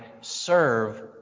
serve